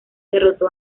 derrotó